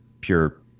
pure